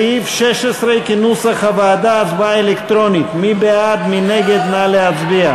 בעד סעיף 15, 54, מתנגדים, 38, אין נמנעים.